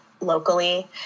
locally